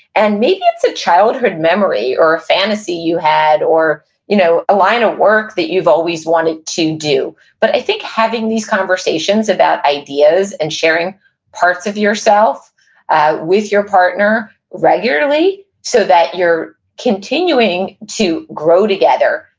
and maybe it's a childhood memory, or a fantasy you had, or you know a line of work that you've always wanted to do, but i think having these conversations about ideas and sharing parts of yourself with your partner regularly, so that you're continuing to grow together,